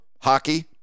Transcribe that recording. hockey